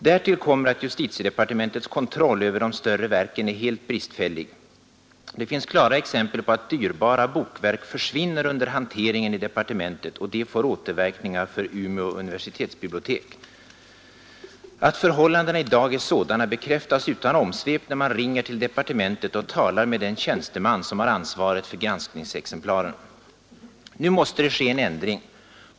Därtill kommer att justitiedepartementets kontroll över de större verken är helt bristfällig. Det finns klara exempel på att dyrbara bokverk försvinner under hanteringen i departementet, och det får återverkningar för Umeå universitetsbibliotek. Att förhållandena i dag är sådana bekräftas utan omsvep när man ringer till departementet och talar med den tjänsteman som har ansvaret för granskningsexemplaren. Nu måste det ske en ändring.